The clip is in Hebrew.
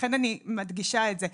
לכן אני מדגישה את זה,